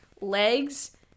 legs